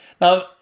Now